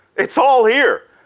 it's all here.